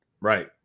right